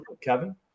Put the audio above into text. Kevin